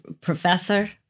professor